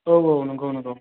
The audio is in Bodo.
औ औ नंगौ नंगौ